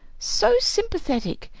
so sympathetic.